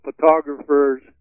photographers